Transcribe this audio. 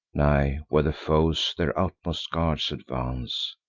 nigh where the foes their utmost guards advance,